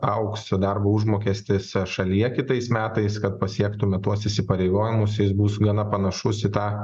augs darbo užmokestis šalyje kitais metais kad pasiektume tuos įsipareigojimus ir jis bus gana panašus į tą